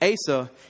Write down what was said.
Asa